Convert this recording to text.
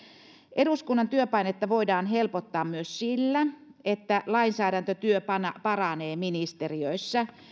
eduskunnan työpainetta voidaan helpottaa myös sillä että lainsäädäntötyö paranee ministeriöissä